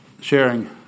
sharing